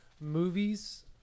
Movies